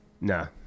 No